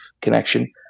connection